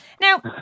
Now